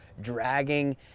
dragging